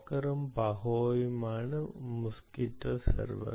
ബ്രോക്കറും പഹോയുമാണ് mosquitto server